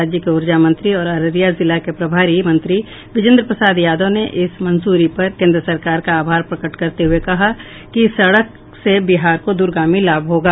राज्य के ऊर्जा मंत्री और अररिया जिला के प्रभारी मंत्री विजेंद्र प्रसाद यादव ने इस मंजूरी पर केंद्र सरकार का आभार प्रकट करते हुये कहा कि इस सड़क से बिहार को दूरगामी लाभ होगा